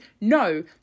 no